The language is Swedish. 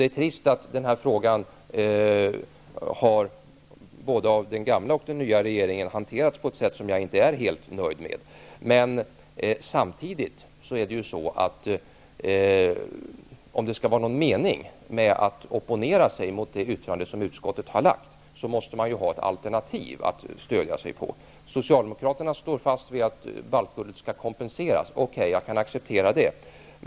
Det är trist att frågan av både den gamla och den nya regeringen har hanterats på ett sätt som jag inte är helt nöjd med. Men om det skall vara någon mening att opponera sig mot det yttrande som utskottet har lagt fram, måste man ha ett alternativ att stödja sig på. Socialdemokraterna står fast vid att baltguldet skall kompenseras. Okej, jag kan acceptera det.